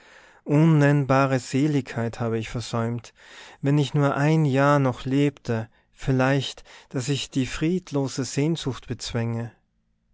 unnennbare seligkeit hab ich versäumt wenn ich nur ein jahr noch lebte vielleicht daß ich die friedlose sehnsucht bezwänge